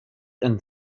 and